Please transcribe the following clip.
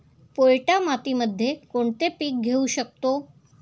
पोयटा मातीमध्ये कोणते पीक घेऊ शकतो?